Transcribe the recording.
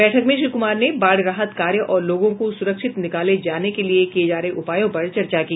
बैठक में श्री कुमार ने बाढ़ राहत कार्य और लोगों को सुरक्षित निकाले जाने के लिये किये जा रहे उपायों पर चर्चा की